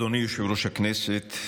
אדוני יושב-ראש הכנסת,